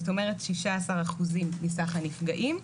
זאת אומרת 16% מסך הנפגעים,